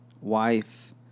wife